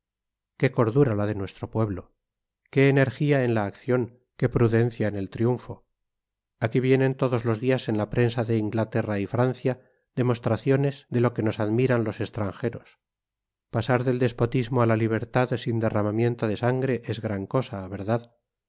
qué cordura la de nuestro pueblo qué energía en la acción qué prudencia en el triunfo aquí vienen todos los días en la prensa de inglaterra y francia demostraciones de lo que nos admiran los extranjeros pasar del despotismo a la libertad sin derramamiento de sangre es gran cosa verdad